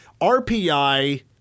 RPI